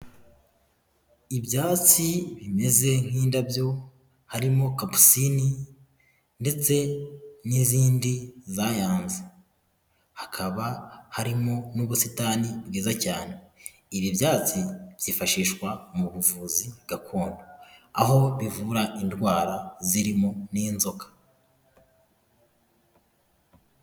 Ibyatsi bimeze nk'indabyo, harimo kapisini ndetse n'izindi zayanze, hakaba harimo n'ubusitani bwiza cyane, ibi byatsi byifashishwa mu buvuzi gakondo, aho bivura indwara zirimo n'inzoka.